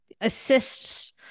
assists